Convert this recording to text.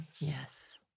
Yes